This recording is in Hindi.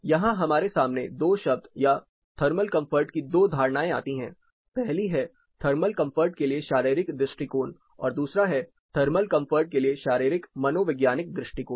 यहां हमारे सामने दो शब्द या थर्मल कंफर्ट की दो धारणाएं आती हैं पहली है थर्मल कंफर्ट के लिए शारीरिक दृष्टिकोण और दूसरा है थर्मल कंफर्ट के लिए शारीरिक मनोवैज्ञानिक दृष्टिकोण